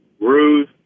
Ruth